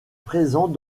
présent